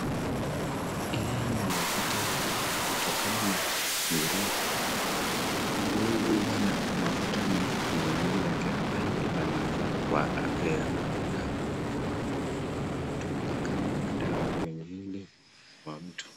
Hii ni mafuta ya kutokana na nguruwe, nguruwe huwa na mafuta mingi, kwenye mwili yake ambayo inamanufaa mingi kwa afya ya mwanadamu, hutumika kama dawa kwenye mwili wa mtu.